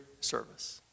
service